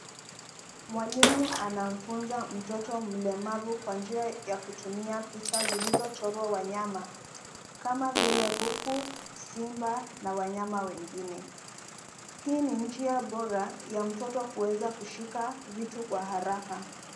Mwalimu anamfunza mtoto mlemavu kwa njia ya kutumia picha zilizochorwa wanyama, kama vile kuku, simba, na wanyama wengine. Hii ni njia bora ya mtoto kuweza kushika vitu, kwa haraka.